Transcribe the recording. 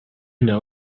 know